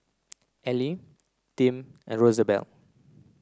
Ely Tim and Rosabelle